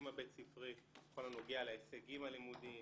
הבית ספרי בכל הנוגע להישגים הלימודיים,